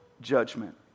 judgment